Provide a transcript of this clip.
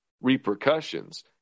repercussions